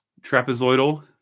trapezoidal